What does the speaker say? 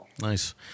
nice